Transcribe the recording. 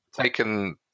taken